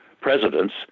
presidents